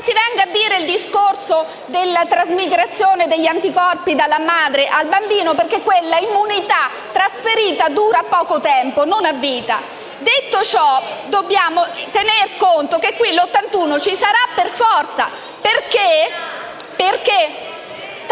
si venga a fare il discorso della trasmigrazione degli anticorpi dalla madre al bambino, perché quell'immunità trasferita dura poco tempo e non a vita. Detto ciò, dobbiamo tener conto del fatto che